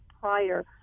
prior